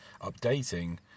updating